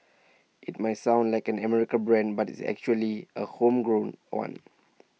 IT might sound like an American brand but it's actually A homegrown one